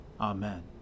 Amen